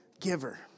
giver